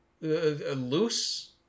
loose